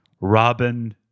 Robin